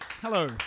hello